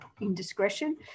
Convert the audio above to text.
indiscretion